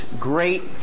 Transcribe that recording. great